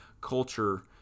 culture